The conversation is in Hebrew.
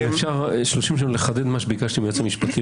אם אפשר בשלושים שניות לחדד מה שביקשתי מהיועץ המשפטי,